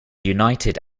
united